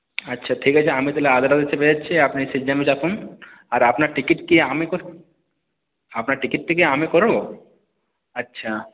আচ্ছা ঠিক আছে আমি তাহলে আদ্রা চেপে যাচ্ছি আপনি সিরজামে চাপুন আর আপনার টিকিট কি আমি করব আপনার টিকিটটা কি আমি করব আচ্ছা